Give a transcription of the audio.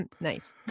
nice